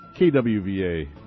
KWVA